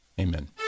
Amen